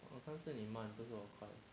我看是你慢不是我快